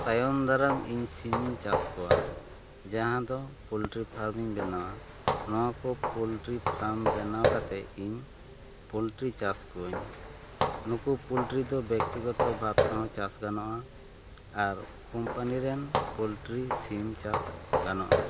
ᱛᱟᱭᱚᱢ ᱫᱟᱨᱟᱢ ᱤᱧ ᱥᱤᱢ ᱤᱧ ᱪᱟᱥ ᱠᱚᱣᱟ ᱡᱟᱦᱟᱸ ᱫᱚ ᱯᱚᱞᱴᱨᱤ ᱯᱷᱟᱨᱟᱢ ᱤᱧ ᱵᱮᱱᱟᱣᱟ ᱱᱚᱣᱟ ᱠᱚ ᱯᱚᱞᱴᱨᱤ ᱯᱷᱟᱨᱢ ᱵᱮᱱᱟᱣ ᱠᱟᱛᱮᱫ ᱤᱧ ᱯᱚᱞᱴᱨᱤ ᱪᱟᱥ ᱠᱚᱣᱟᱹᱧ ᱱᱩᱠᱩ ᱯᱚᱞᱴᱨᱤ ᱫᱚ ᱵᱮᱠᱛᱤᱜᱚᱛᱚ ᱵᱷᱟᱛ ᱛᱮ ᱦᱚᱸ ᱪᱟᱥ ᱜᱟᱱᱚᱜ ᱟ ᱟᱨ ᱠᱚᱢᱯᱟᱱᱤ ᱨᱮᱱ ᱯᱚᱞᱴᱨᱤ ᱥᱤᱢ ᱪᱟᱥ ᱜᱟᱱᱚᱜ ᱟ